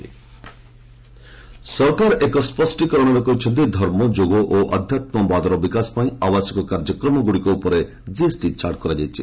GST ଯୋଗ ସରକାର ଏକ ସ୍ୱଷ୍ଟିକରଣରେ କହିଛନ୍ତି ଧର୍ମ ଯୋଗ ଓ ଆଧ୍ୟାତ୍କବାଦର ବିକାଶ ପାଇଁ ଆବାସିକ କାର୍ଯ୍ୟକ୍ରମଗୁଡ଼ିକ ଉପରେ ଜିଏସ୍ଟି ଛାଡ଼ କରାଯାଇଛି